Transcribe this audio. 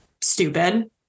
stupid